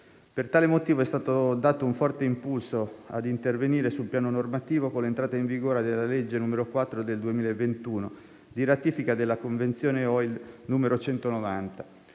Per tale motivo è stato dato un forte impulso ad intervenire sul piano normativo con l'entrata in vigore della legge n. 4 del 2021, di ratifica della convenzione ILO n. 190,